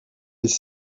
les